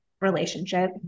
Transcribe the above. relationship